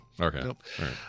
Okay